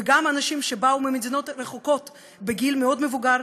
וגם אנשים שבאו ממדינות רחוקות בגיל מאוד מבוגר,